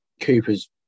Cooper's